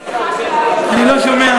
אדוני,